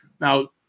Now